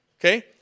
Okay